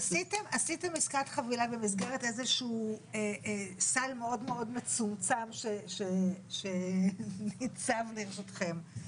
עשיתם עסקת חבילה במסגרת איזשהו סל מאוד מאוד מצומצם שניצב לרשותכם,